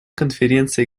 конференция